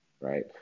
right